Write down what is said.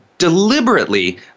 deliberately